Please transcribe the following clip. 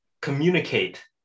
communicate